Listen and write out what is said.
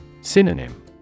Synonym